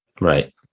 Right